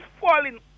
falling